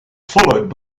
followed